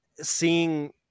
seeing